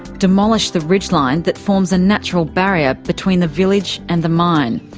demolish the ridgeline that forms a natural barrier between the village and the mine.